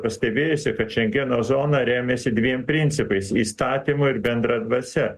pastebėjusi kad šengeno zona remiasi dviem principais įstatymo ir bendra dvasia